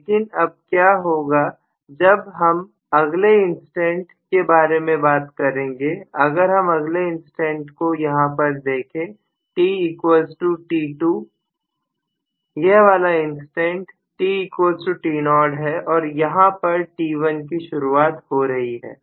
लेकिन अब क्या होगा अब हम अगले इंस्टेंट के बारे में बात करेंगे अगर हम अगले इंस्टेंट को यहां पर देखें tt2 यह वाला इंस्टेंट tt0 है और यहां पर t1 की शुरुआत हो रही है